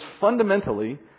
fundamentally